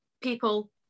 people